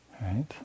right